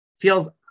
feels